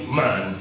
man